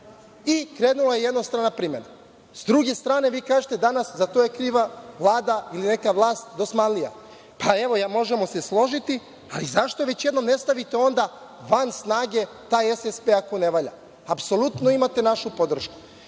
i krenula je jednostrana primena.S druge strane, vi kažete danas – za to je kriva vlada i neka vlast dosmanlija. Evo, možemo se složiti, ali zašto već jednom ne stavite onda van snage taj SSP ako ne valja? Apsolutno imate našu podršku. Toliko